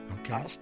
okay